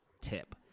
tip